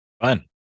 fun